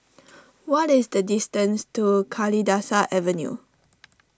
what is the distance to Kalidasa Avenue